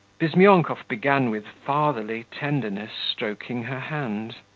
bizmyonkov began with fatherly tenderness stroking her hand.